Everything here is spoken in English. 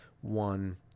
One